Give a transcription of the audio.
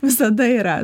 visada yra